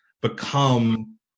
become